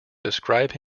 describe